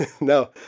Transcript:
no